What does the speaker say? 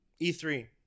E3